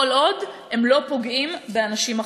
כל עוד הם לא פוגעים באנשים אחרים.